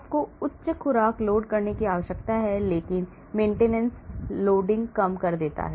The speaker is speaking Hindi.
आपको उच्च खुराक लोड करने की आवश्यकता है लेकिन maintenance लोडिंग कम कर देता है